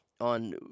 on